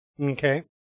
Okay